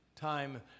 time